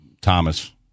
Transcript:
Thomas